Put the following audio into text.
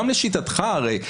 גם לשיטתך הרי,